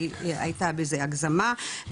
כי הייתה בזה הגזמה.